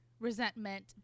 Resentment